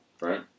Right